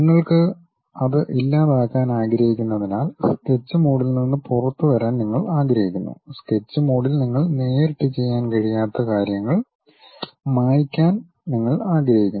നിങ്ങൾക്ക് അത് ഇല്ലാതാക്കാൻ ആഗ്രഹിക്കുന്നതിനാൽ സ്കെച്ച് മോഡിൽ നിന്ന് പുറത്തുവരാൻ നിങ്ങൾ ആഗ്രഹിക്കുന്നു സ്കെച്ച് മോഡിൽ നിങ്ങൾക്ക് നേരിട്ട് ചെയ്യാൻ കഴിയാത്ത കാര്യങ്ങൾ മായ്ക്കാൻ നിങ്ങൾ ആഗ്രഹിക്കുന്നു